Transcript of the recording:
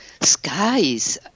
skies